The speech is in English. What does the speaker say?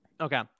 Okay